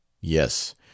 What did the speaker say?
Yes